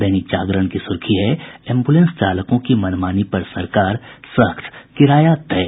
दैनिक जागरण की सुर्खी है एम्बुलेंस चालकों की मनमानी पर सरकार सख्त किराया तय